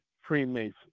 Freemasons